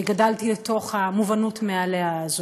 וגדלתי לתוך המובנות-מאליה הזאת,